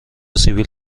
سیبیل